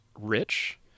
rich